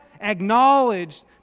acknowledged